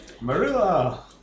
Marilla